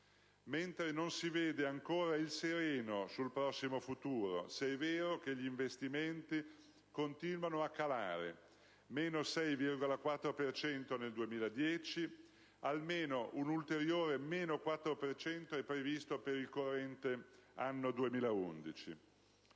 mentre non si vede ancora il sereno sul prossimo futuro, se è vero che gli investimenti continuano a calare (meno 6,4 per cento nel 2010, almeno un ulteriore meno 4 per cento è previsto per il corrente anno 2011).